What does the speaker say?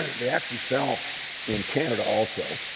they actually fell in canada also.